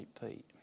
Pete